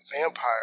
vampire